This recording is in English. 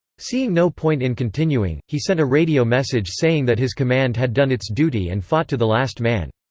seeing no point in continuing, he sent a radio message saying that his command had done its duty and fought to the last man.